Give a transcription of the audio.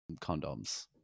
condoms